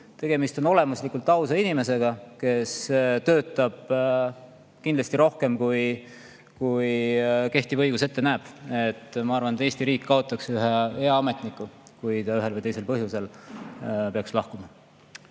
tegemist on olemuslikult ausa inimesega, kes töötab kindlasti rohkem, kui kehtiv õigus ette näeb. Ma arvan, et Eesti riik kaotaks ühe hea ametniku, kui ta ühel või teisel põhjusel peaks lahkuma.